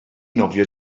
nofio